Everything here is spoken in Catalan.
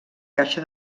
caixa